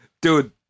dude